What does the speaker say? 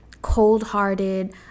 cold-hearted